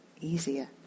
easier